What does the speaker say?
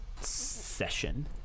session